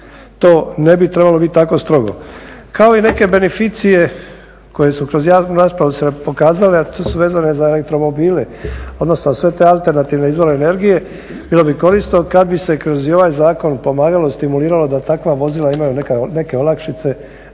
to ne bi trebalo biti tako strogo. Kao i neke beneficije koje su kroz javnu raspravu se pokazale, a to su vezane uz elektromobile, odnosno sve te alternativne izvore energije. Bilo bi korisno kad bi se kroz i ovaj zakon pomagalo, stimuliralo da takva vozila imaju neke olakšice. Ne one